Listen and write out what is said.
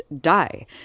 die